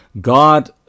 God